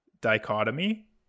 dichotomy